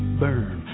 burn